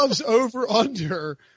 over-under